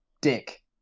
dick